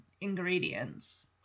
ingredients